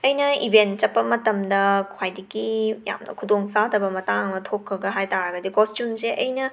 ꯑꯩꯅ ꯏꯕꯦꯟ ꯆꯠꯄ ꯃꯇꯝꯗ ꯈ꯭ꯋꯥꯏꯗꯒꯤ ꯌꯥꯝꯅ ꯈꯨꯗꯣꯡꯆꯥꯗꯕ ꯃꯇꯥꯡ ꯑꯃ ꯊꯣꯛꯈꯤꯕ ꯍꯥꯏ ꯇꯥꯔꯒꯗꯤ ꯀꯣꯁꯇ꯭ꯌꯨꯝꯁꯦ ꯑꯩꯅ